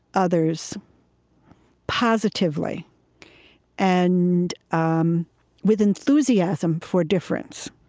others positively and um with enthusiasm for difference